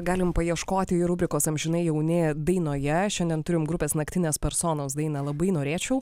galim paieškoti ir rubrikos amžinai jauni dainoje šiandien turim grupės naktinės personos dainą labai norėčiau